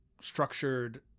structured